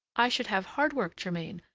i should have hard work, germain,